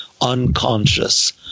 unconscious